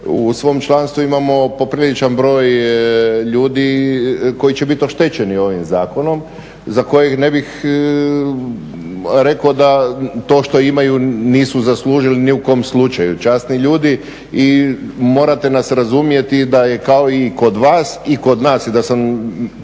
u svom članstvu imamo popriličan broj ljudi koji će biti oštećeni ovim zakonom za koje ne bih rekao da to što imaju nisu zaslužili ni u kom slučaju, časni ljudi. I morate nas razumjeti da je kao i kod vas i kod nas i da sam